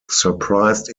surprised